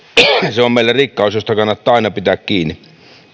se on meillä rikkaus josta kannattaa aina pitää kiinni